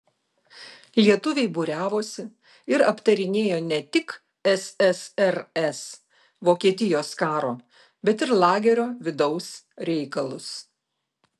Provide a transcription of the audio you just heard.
lietuviai būriavosi ir aptarinėjo ne tik ssrs vokietijos karo bet ir lagerio vidaus reikalus